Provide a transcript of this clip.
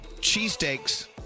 cheesesteaks